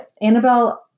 Annabelle